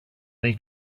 they